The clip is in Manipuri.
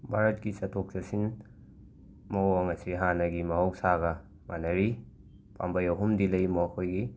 ꯕꯥꯔꯠꯀꯤ ꯆꯠꯊꯣꯛ ꯆꯠꯁꯤꯟ ꯃꯑꯣꯡ ꯑꯁꯤ ꯍꯥꯟꯅꯒꯤ ꯃꯍꯧꯁꯥꯒ ꯃꯥꯟꯅꯔꯤ ꯄꯥꯝꯕꯩ ꯑꯍꯨꯝꯗꯤ ꯂꯩ ꯃꯈꯣꯏꯒꯤ